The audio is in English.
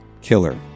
killer